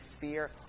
fear